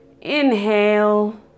Inhale